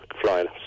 flying